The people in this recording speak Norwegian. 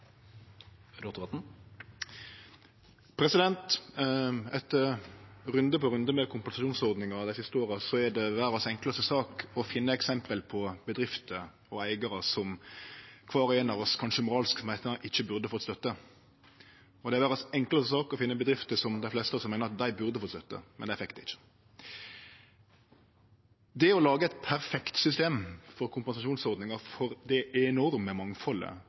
Etter runde på runde med kompensasjonsordningar dei siste åra er det verdas enklaste sak å finne eksempel på bedrifter og eigarar som kvar og ein av oss kanskje moralsk meiner ikkje burde fått støtte. Det er verdas enklaste sak å finne bedrifter som dei fleste av oss meiner burde fått støtte, men som ikkje fekk det. Det å lage eit perfekt system for kompensasjonsordningar for det enorme mangfaldet